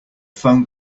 phone